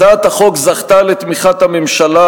הצעת החוק זכתה לתמיכת הממשלה,